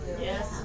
Yes